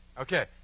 Okay